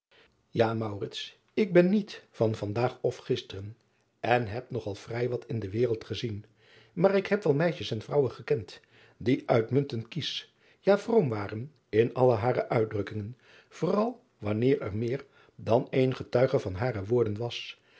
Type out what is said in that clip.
ik ben niet van van daag of gisteren en heb nog al vrij wat in de wereld gezien maar ik heb wel meisjes en vrouwen gekend die uitmuntend kiesch ja vroom waren in alle hare uitdrukkingen vooral wanneer er meer dan één getuige van hare woorden was